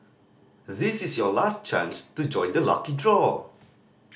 this is your last chance to join the lucky draw